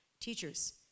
Teachers